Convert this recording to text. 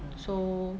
so